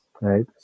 right